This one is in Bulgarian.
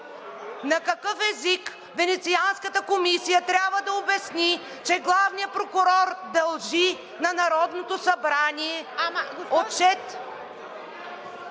На какъв език Венецианската комисия трябва да обясни, че главният прокурор дължи на Народното събрание отчет?